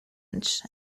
inch